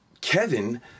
Kevin